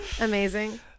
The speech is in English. amazing